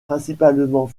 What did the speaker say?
principalement